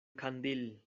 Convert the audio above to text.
candil